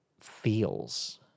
feels